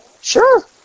Sure